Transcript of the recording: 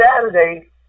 Saturday